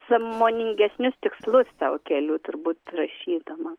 sąmoningesnius tikslus sau keliu turbūt rašydama